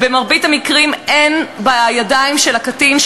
במרבית המקרים אין בידיים של הקטין,